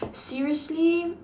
seriously